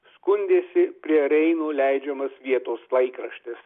skundėsi prie reino leidžiamas vietos laikraštis